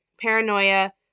paranoia